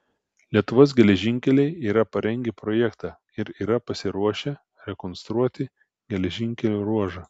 lietuvos geležinkeliai yra parengę projektą ir yra pasiruošę rekonstruoti geležinkelio ruožą